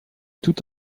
tout